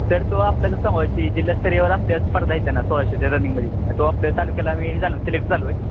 sir तो आपलं आहे जिल्ह्यास्तरीवर आपल्या स्पर्धा येते ना सोळाशाचे रनिंगमध्ये तो आपल्या तालुक्याला आम्ही हे झालो न सिलेक्ट झालो आहे